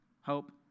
Hope